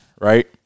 right